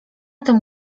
tym